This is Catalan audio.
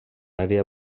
àrea